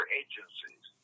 agencies